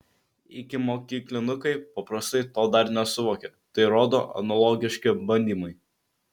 ikimokyklinukai paprastai to dar nesuvokia tai rodo analogiški bandymai